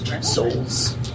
Souls